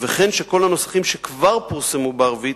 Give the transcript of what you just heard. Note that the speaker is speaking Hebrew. וכן שכל הנוסחים שכבר פורסמו בערבית